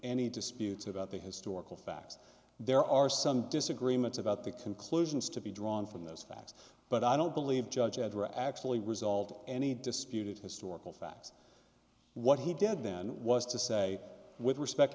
any disputes about the historical facts there are some disagreements about the conclusions to be drawn from those facts but i don't believe judge edward actually resolved any disputed historical facts what he did then was to say with respect